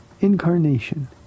incarnation